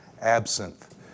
absinthe